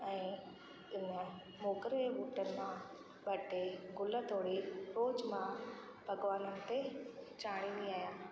ऐं ईअं मोगरे जो ॿूटनि मां ॿ टे गुल तोड़े रोज़ु मां भॻवाननि ते चाढ़ींदी आहियां